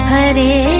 Hare